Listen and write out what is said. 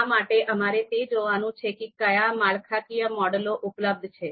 આ માટે અમારે તે જોવાનું છે કે કયા માળખાકીય મોડેલો ઉપલબ્ધ છે